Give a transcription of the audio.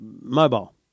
mobile